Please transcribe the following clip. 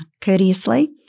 courteously